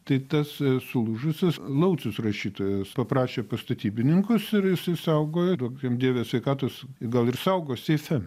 tai tas sulūžusias laucius rašytojas paprašė pas statybininkus ir jis išsaugojo duok jam dieve sveikatos gal ir saugo seife